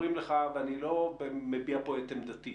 אומרים לך ואני לא מביע פה את עמדתי,